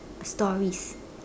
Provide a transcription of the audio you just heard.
stories